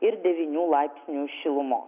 ir devynių laipsnių šilumos